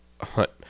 hunt